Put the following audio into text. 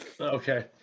Okay